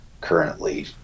currently